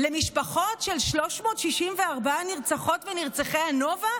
למשפחות של 364 נרצחות ונרצחי הנובה,